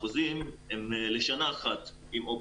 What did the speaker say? החוזים הם לשנה אחת עם אופציה.